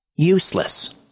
useless